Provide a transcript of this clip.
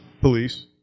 police